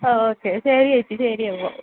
ആ ഓക്കെ ശരി ചേച്ചി ശരി അപ്പം